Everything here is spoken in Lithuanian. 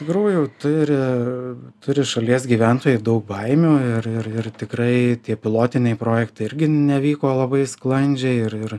tikrųjų turi turi šalies gyventojai daug baimių ir ir ir tikrai tie pilotiniai projektai irgi nevyko labai sklandžiai ir ir